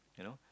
you know